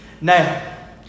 Now